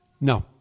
No